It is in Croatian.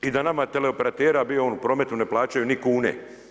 I da nama teleoperatera bio on u prometu i ne plaćaju ni kune.